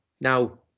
Now